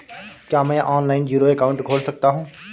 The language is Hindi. क्या मैं ऑनलाइन जीरो अकाउंट खोल सकता हूँ?